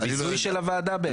זה ביזוי של הוועדה בעיניי.